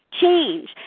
change